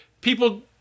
People